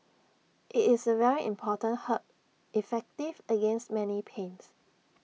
IT is A very important herb effective against many pains